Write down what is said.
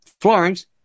Florence